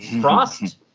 Frost